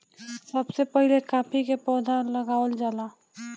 सबसे पहिले काफी के पौधा लगावल जाला